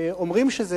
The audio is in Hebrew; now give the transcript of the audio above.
ואומרים,